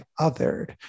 othered